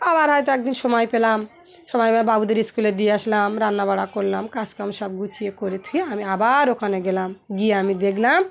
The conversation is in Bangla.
আবার হয়তো একদিন সময় পেলাম সময় পেল বাবুদের স্কুলে দিয়ে আসলাম রান্না বান্না করলাম কাজ কাম সব গুছিয়ে করে থুয়ে আমি আবার ওখানে গেলাম গিয়ে আমি দেখলাম